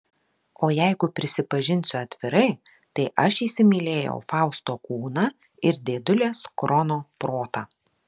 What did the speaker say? o jeigu prisipažinsiu atvirai tai aš įsimylėjau fausto kūną ir dėdulės krono protą